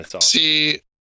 See